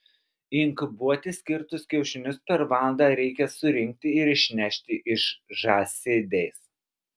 inkubuoti skirtus kiaušinius per valandą reikia surinkti ir išnešti iš žąsidės